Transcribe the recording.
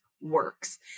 works